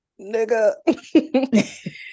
nigga